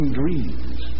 dreams